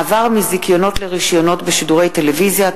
(מעבר מזיכיונות לרשיונות בשידורי טלוויזיה),